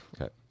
Okay